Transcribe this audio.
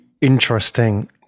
interesting